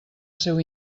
seu